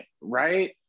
right